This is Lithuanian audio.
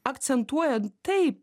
akcentuojant tai